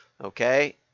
Okay